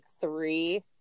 three